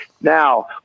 now